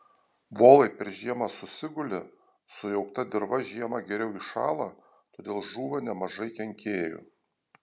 volai per žiemą susiguli sujaukta dirva žiemą geriau įšąla todėl žūva nemažai kenkėjų